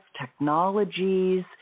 technologies